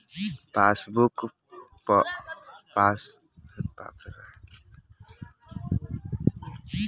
passbook पअ तू अपनी सब लेनदेन के इतिहास के प्रिंट करवा सकत बाटअ